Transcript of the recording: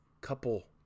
couple